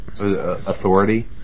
Authority